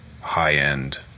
high-end